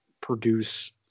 produce